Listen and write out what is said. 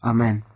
Amen